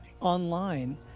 online